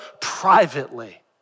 privately